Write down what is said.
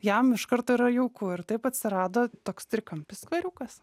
jam iš karto yra jauku ir taip atsirado toks trikampis skveriukas